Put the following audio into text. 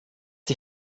die